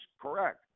correct